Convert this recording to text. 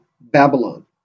Babylon